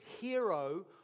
hero